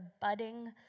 budding